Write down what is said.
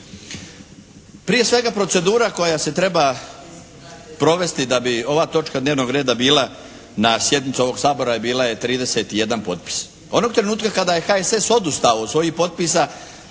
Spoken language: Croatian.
Prije svega, procedura koja se treba provesti da bi ova točka dnevnog reda bila na sjednici ovog Sabora bila je 31 potpis. Onog trenutka kada je HSS odustao od svojih potpisa